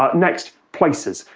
ah next, places.